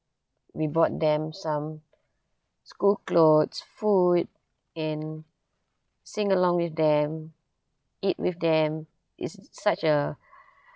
we bought them some school clothes food and sing along with them eat with them it's such a